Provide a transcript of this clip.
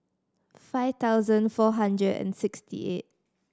five thousand four hundred and sixty eight